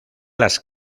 las